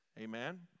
Amen